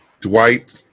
Dwight